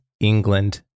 England